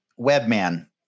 Webman